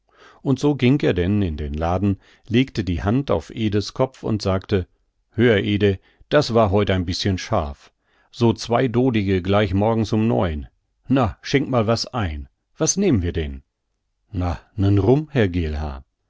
und so ging er denn in den laden legte die hand auf ede's kopf und sagte hör ede das war heut ein bischen scharf so zwei dodige gleich morgens um neun na schenk mal was ein was nehmen wir denn na nen rum herr